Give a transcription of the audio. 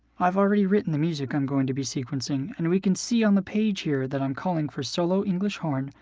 i've already written the music i'm going to be sequencing, and we can see on the page here that i'm calling for solo english horn,